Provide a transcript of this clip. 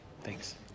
thanks